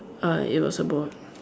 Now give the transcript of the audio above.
I was about